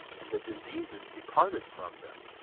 and the diseases departed from them,